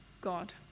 God